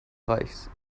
reichs